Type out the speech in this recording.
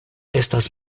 estas